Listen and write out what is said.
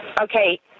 Okay